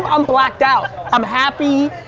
i'm blacked out. i'm happy,